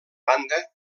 banda